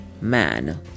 man